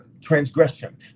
transgression